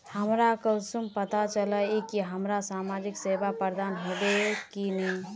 हमरा कुंसम पता चला इ की हमरा समाजिक सेवा प्रदान होबे की नहीं?